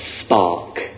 spark